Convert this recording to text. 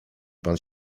pan